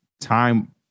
time